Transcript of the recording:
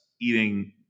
eating